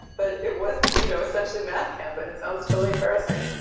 but it was you know essentially math camp. and it sounds totally embarrassing,